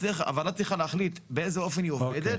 אז הוועדה צריכה להחליט באיזה אופן היא עובדת,